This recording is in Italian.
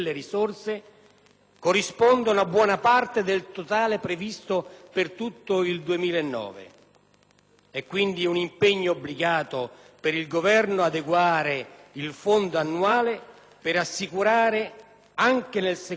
è quindi un impegno obbligato per il Governo adeguare il fondo annuale, per assicurare, anche nel secondo semestre, la disponibilità delle stesse risorse previste per i primi sei mesi.